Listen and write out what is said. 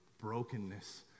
brokenness